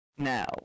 Now